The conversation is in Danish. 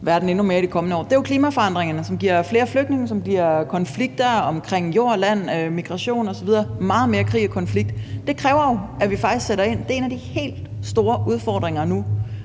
år, klimaforandringerne, som giver flere flygtninge, og som giver konflikter omkring jord, land, migration osv., hvilket skaber meget mere krig og konflikt. Det kræver jo, at vi faktisk sætter ind. Det er en af de helt store udfordringer nu.